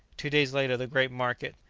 two days later, the great market,